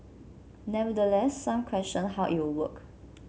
nevertheless some questioned how it would work